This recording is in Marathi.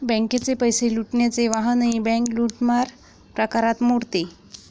बँकेचे पैसे लुटण्याचे वाहनही बँक लूटमार प्रकारात मोडते